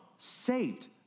saved